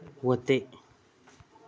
व्हते